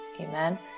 Amen